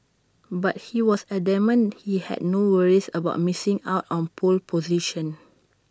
but he was adamant he had no worries about missing out on pole position